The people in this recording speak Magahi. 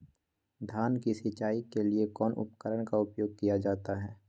धान की सिंचाई के लिए कौन उपकरण का उपयोग किया जाता है?